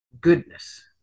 goodness